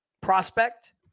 prospect